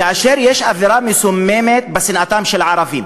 כאשר יש אווירה מסוממת בשנאתם של ערבים